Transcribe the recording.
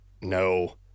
No